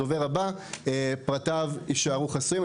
הדובר הבא פרטיו יישארו חסויים.